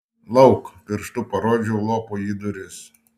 lauk pirštu parodžiau lopui į duris